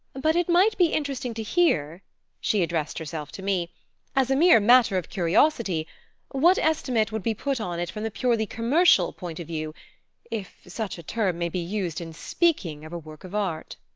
but it might be interesting to hear she addressed herself to me as a mere matter of curiosity what estimate would be put on it from the purely commercial point of view if such a term may be used in speaking of a work of art.